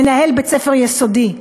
מנהל בית-ספר יסודי.